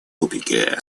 тупике